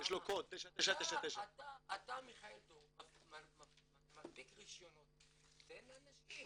אתה מיכאל דור מנפיק רישיונות, תן לאנשים.